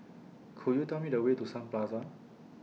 Could YOU Tell Me The Way to Sun Plaza